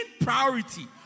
priority